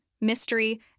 mystery